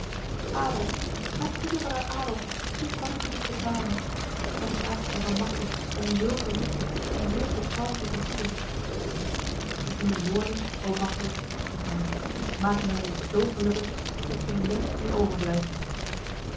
adolf mijn dierbare adolf hoe kan ik u dit betalen wat vraagt gij van machteld om zulke liefde en zulke trouw te vergoeden uw woorden o machteld riep hij maken mij reeds zo gelukkig dat geen wens meer overblijft